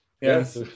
Yes